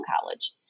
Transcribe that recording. college